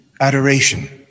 adoration